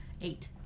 Eight